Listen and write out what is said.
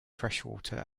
freshwater